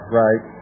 right